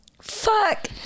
Fuck